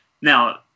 Now